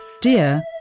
Dear